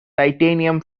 titanium